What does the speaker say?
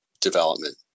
development